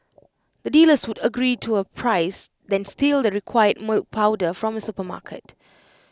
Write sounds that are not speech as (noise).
the dealers would agree to A price then steal (noise) the required milk powder from A supermarket (noise)